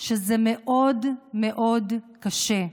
שזה מאוד מאוד קשה.